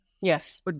Yes